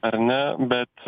ar ne bet